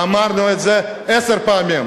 ואמרנו את זה עשר פעמים.